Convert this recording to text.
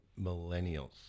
millennials